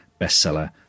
bestseller